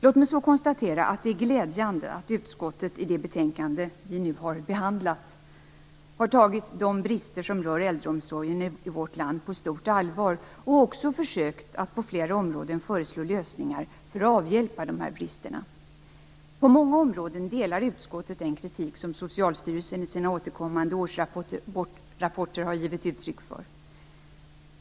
Låt mig så konstatera att det är glädjande att utskottet i det betänkande som vi nu behandlar har tagit de brister som rör äldreomsorgen i vårt land på stort allvar och också försökt att på flera områden föreslå lösningar för att avhjälpa dessa brister. På många områden delar utskottet den kritik som Socialstyrelsen i sina återkommande årsrapporter har givit uttryck för.